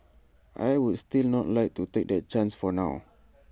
I would still not like to take that chance for now